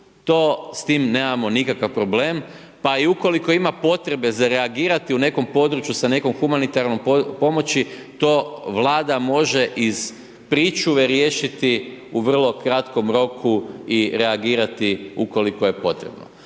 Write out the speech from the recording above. s tim nemamo nikakav problem, pa i ukoliko ima potrebe za reagirati u nekom području sa nekom humanitarnom pomoći, to Vlada može iz pričuve riješiti u vrlo kratkom roku i reagirati ukoliko je potrebno.